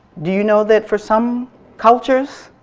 do you know that for some cultures,